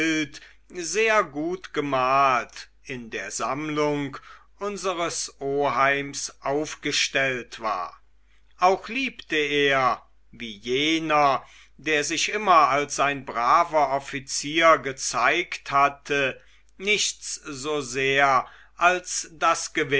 sehr gut gemalt in der sammlung unseres oheims aufgestellt war auch liebte er wie jener der sich immer als ein braver offizier gezeigt hatte nichts so sehr als das